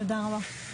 תודה רבה.